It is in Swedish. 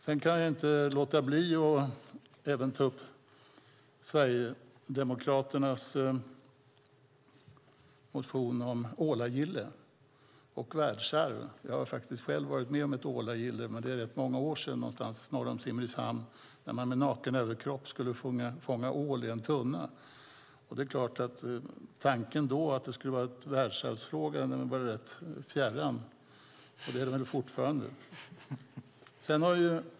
Jag kan inte låta bli att även ta upp Sverigedemokraternas motion om ålagille och världsarv. Jag har faktiskt själv varit med om ett ålagille för rätt många år sedan någonstans norr om Simrishamn. Man skulle med naken överkropp fånga ål i en tunna. Tanken då att ålagillet skulle vara en världsarvsfråga var rätt fjärran. Det är den väl fortfarande.